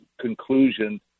conclusion